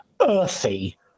earthy